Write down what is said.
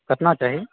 कतना चाही